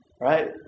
right